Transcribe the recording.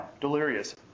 delirious